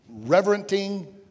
Reverenting